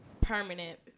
permanent